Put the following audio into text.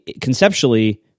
conceptually